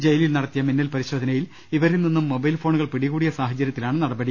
ജയിലിൽ നടത്തിയ മിന്നൽ പരിശോധനയിൽ ഇവരിൽ നിന്നും മൊബൈൽ ഫോണുകൾ പിടികൂടിയ സാഹചര്യത്തിലാണ് നടപടി